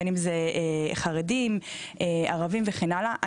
חרדים ערבים וכן הלאה.